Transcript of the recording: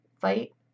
fight